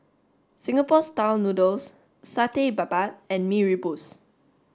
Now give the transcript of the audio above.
Singapore style noodles Satay Babat and Mee Rebus